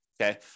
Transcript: okay